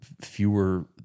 fewer